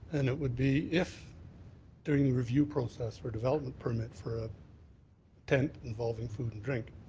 and it would be if during the review process or development permit for a tent involving food and drink,